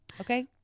okay